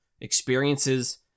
experiences